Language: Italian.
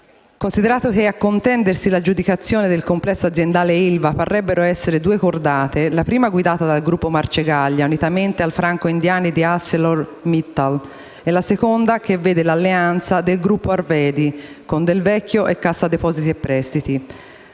Consideriamo che a contendersi l'aggiudicazione del complesso aziendale ILVA parrebbero essere due cordate: la prima guidata dal gruppo Marcegaglia, unitamente ai franco-indiani di ArcelorMittal, e la seconda vede l'alleanza del gruppo Arvedi con Del Vecchio e Cassa depositi e prestiti.